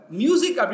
music